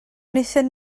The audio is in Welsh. wnaethon